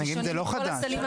זה לא חדש.